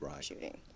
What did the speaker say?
shooting